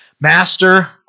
master